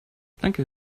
danke